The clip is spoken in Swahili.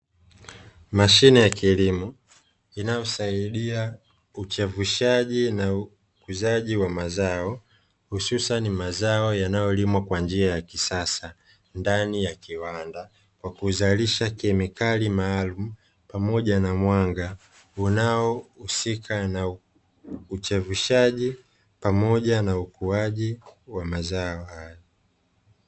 Mashine ya kilimo inayosaidia uchevushaji na ukuzaji wa mazao, hususani mazao yanayolimwa kwa njia ya kisasa, ndani ya kiwanda kwa kuzalisha kemikali maalumu pamoja na mwanga unaohusika na uchevushaji pamoja na ukuaji wa mazao hayo.